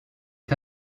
est